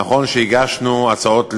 נכון שהגשנו הצעות אי-אמון,